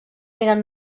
eren